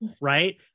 right